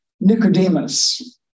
Nicodemus